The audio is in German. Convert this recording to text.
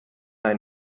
ein